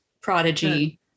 prodigy